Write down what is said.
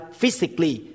physically